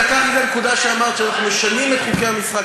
לקחתי את הנקודה שאמרת שאנחנו משנים את חוקי המשחק.